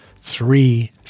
three